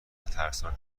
ترسناک